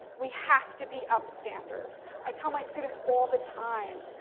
we have to be up standers. i tell my students all the time,